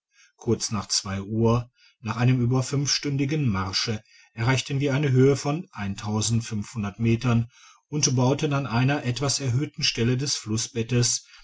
kurz nach zwei uhr nach einem über fünf kündigen marsche erreichten wir eine höhe von metern und bauten an einer etwas erhöhten stelle des flussbettes